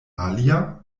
alia